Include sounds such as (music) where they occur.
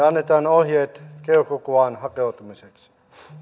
(unintelligible) annetaan ohjeet keuhkokuvaan hakeutumiseksi